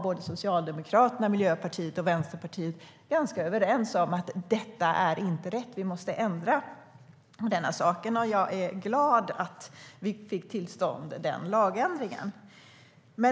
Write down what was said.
Socialdemokraterna, Miljöpartiet och Vänsterpartiet var ganska överens om att vi måste ändra på detta, och jag är glad att vi fick till stånd den lagändringen.